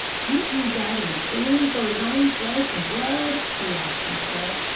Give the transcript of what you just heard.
hain't he got any feelin' for his own flesh and blood? he asked himself.